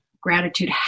gratitude